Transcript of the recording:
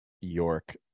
York